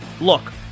Look